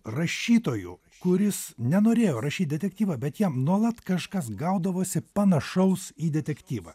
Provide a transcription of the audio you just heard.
rašytoju kuris nenorėjo rašyt detektyvą bet jam nuolat kažkas gaudavosi panašaus į detektyvą